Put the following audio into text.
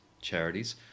charities